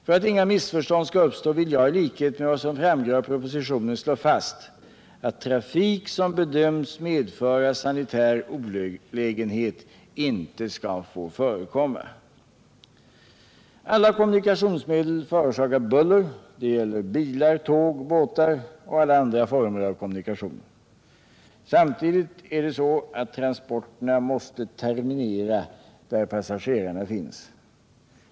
För att inga missförstånd skall uppstå vill jag i likhet med vad som framgår av propositionen slå fast att trafik som bedöms medföra sanitär olägenhet inte skall få förekomma. Alla kommunikationsmedel förorsakar buller. Detta gäller såväl bilar, tåg och båtar som alla andra former av kommunikationer. Samtidigt är det så, att transporterna måste terminera där passagerarna finns.